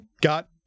got